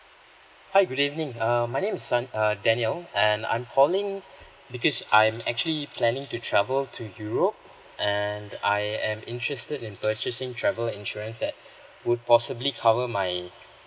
hi good evening um my name is sun uh daniel and I'm calling because I'm actually planning to travel to europe and I am interested in purchasing travel insurance that would possibly cover my